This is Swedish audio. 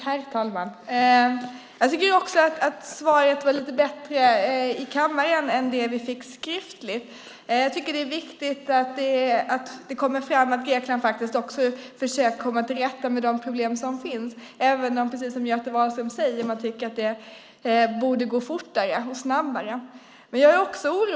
Herr talman! Jag tycker också att svaret i kammaren var lite bättre än det vi fick skriftligt. Det är viktigt att det kommer fram att Grekland faktiskt har försökt komma till rätta med de problem som finns även om man tycker att det borde gå fortare och snabbare, precis som Göte Wahlström säger.